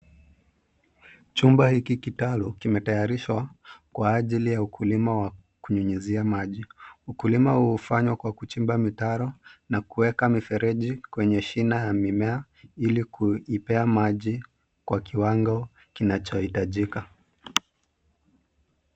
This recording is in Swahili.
Chumba hiki kitalo, kimetayarishwa kwa ajili ya ukulima wa kunyunyizia maji. kulima hufanywa kwa kuchimba mitaro na kuweka mifereji kwenye shina la mimea ili kuipea maji kwa kiwango kinachohitajika.